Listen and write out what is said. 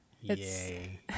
Yay